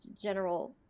general